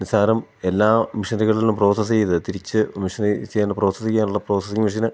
നിസാരം എല്ലാ മെഷീനുകളിലും പ്രോസസ്സ് ചെയ്ത് തിരിച്ച് മെഷിനിൽ ചെയ്യാൻ പ്രോസസ്സ് ചെയ്യാനുള്ള പ്രോസസിങ് മെഷിന്